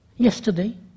Yesterday